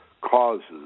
causes